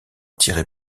tirer